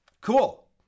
Cool